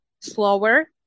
slower